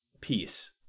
peace